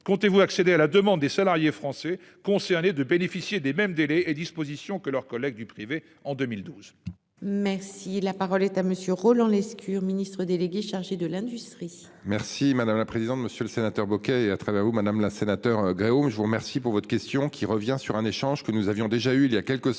Comptez-vous accéder à la demande des salariés français concernés de bénéficier des mêmes délais et dispositions que leurs collègues du privé en 2012.